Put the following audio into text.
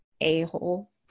a-hole